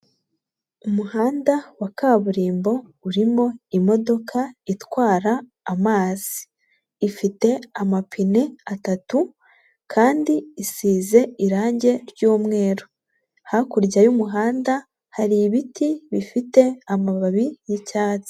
Umuhanda wa kaburimbo urimo imodoka itwara amazi, ifite amapine atatu kandi isize irangi ry'umweru, hakurya y'umuhanda hari ibiti bifite amababi y'icyatsi.